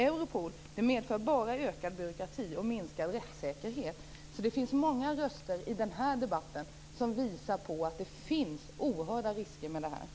Europol medför bara ökad byråkrati och minskad rättssäkerhet. Det finns många röster i den här debatten som visar på att det finns oerhörda risker med detta.